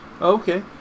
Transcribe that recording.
Okay